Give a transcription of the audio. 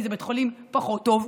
כי זה בית חולים פחות טוב.